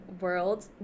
world